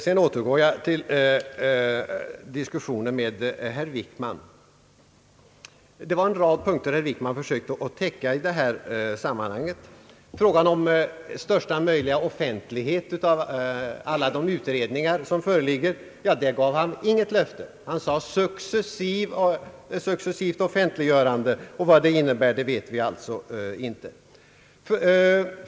Jag återgår sedan till diskussionen med herr Wickman. I fråga om största möjliga offentlighet åt alla utredningar som föreligger gav han inte något löfte. Han talade om ett successivt offentliggörande, och vad det innebär vet vi alltså inte.